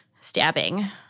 stabbing